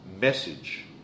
Message